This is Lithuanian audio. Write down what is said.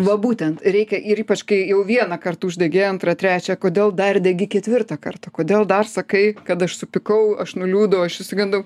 va būtent reikia ir ypač kai jau vienąkart uždegei antrą trečią kodėl dar degi ketvirtą kartą kodėl dar sakai kad aš supykau aš nuliūdau aš išsigandau